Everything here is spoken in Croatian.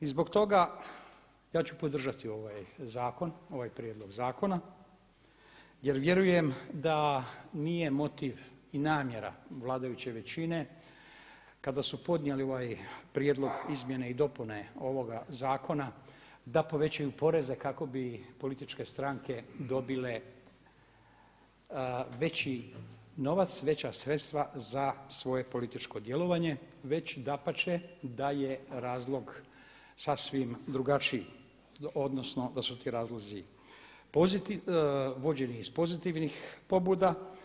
I zbog toga ja ću podržati ovaj zakon, ovaj prijedlog zakona jer vjerujem da nije motiv i namjera vladajuće većine kada su podnijeli ovaj prijedlog izmjene i dopune ovoga zakona da povećaju poreze kako bi političke stranke dobile veći novac, veća sredstva za svoje političko djelovanje već dapače da je razlog sasvim drugačiji, odnosno da su ti razlozi vođeni iz pozitivnih pobuda.